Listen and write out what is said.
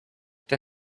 the